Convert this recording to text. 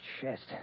chest